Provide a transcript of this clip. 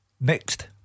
Next